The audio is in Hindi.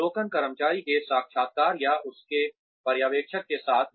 अवलोकन कर्मचारी के साक्षात्कार या उसके पर्यवेक्षक के साथ